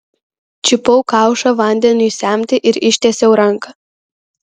čiupau kaušą vandeniui semti ir ištiesiau ranką